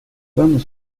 vamos